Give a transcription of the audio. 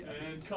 yes